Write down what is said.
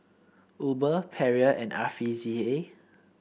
Uber Perrier and R V C A